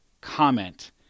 comment